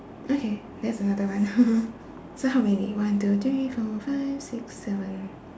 okay that's another one so how many one two three four five six seven